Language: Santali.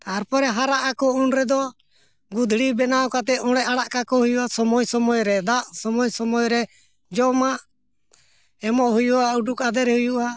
ᱛᱟᱨ ᱯᱚᱨᱮ ᱦᱟᱨᱟᱜ ᱟᱠᱚ ᱩᱱ ᱨᱮᱫᱚ ᱜᱩᱫᱽᱲᱤ ᱵᱮᱱᱟᱣ ᱠᱟᱛᱮᱫ ᱚᱸᱰᱮ ᱟᱲᱟᱜ ᱠᱟᱠᱚ ᱦᱩᱭᱩᱜᱼᱟ ᱥᱚᱢᱚᱭ ᱥᱚᱢᱚᱭ ᱨᱮ ᱫᱟᱜ ᱥᱳᱢᱚᱭ ᱥᱚᱢᱚᱭ ᱨᱮ ᱡᱚᱢᱟᱜ ᱮᱢᱚᱜ ᱦᱩᱭᱩᱜᱼᱟ ᱩᱰᱩᱠ ᱟᱫᱮᱨ ᱦᱩᱭᱩᱜᱼᱟ